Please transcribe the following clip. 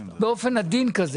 באופן עדין כזה.